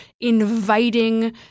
inviting